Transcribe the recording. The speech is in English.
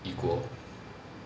equal